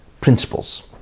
principles